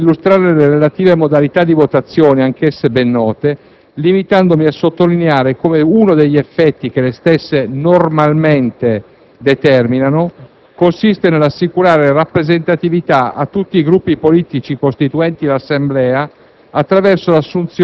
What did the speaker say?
Non indugio nell'illustrare le relative modalità di votazione - anch'esse ben note - limitandomi a sottolineare come uno degli effetti che le stesse normalmente determinano consista nell'assicurare rappresentatività a tutti i Gruppi politici costituenti l'Assemblea,